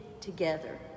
together